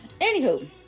Anywho